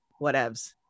Whatevs